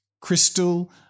Crystal